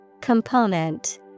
Component